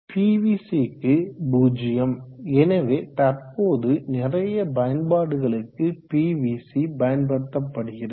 பிவிசிக்கு 0 எனவே தற்போது நிறைய பயன்பாடுகளுக்கு பிவிசி பயன்படுத்தப்படுகிறது